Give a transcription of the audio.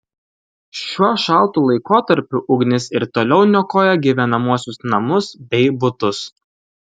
šiuo šaltu laikotarpiu ugnis ir toliau niokoja gyvenamuosius namus bei butus